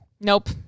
Nope